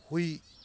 ꯍꯨꯏ